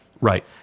Right